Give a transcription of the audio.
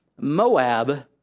Moab